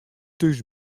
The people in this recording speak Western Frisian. thús